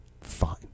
fine